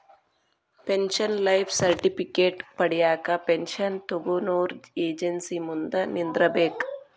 pension life certificate ಪಡ್ಯಾಕ pension ತೊಗೊನೊರ agency ಮುಂದ ನಿಂದ್ರಬೇಕ್